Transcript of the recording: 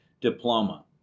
diploma